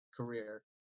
career